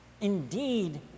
indeed